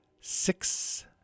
six